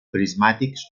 prismàtics